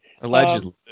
Allegedly